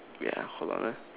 ya hold on ah